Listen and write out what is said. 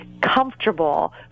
comfortable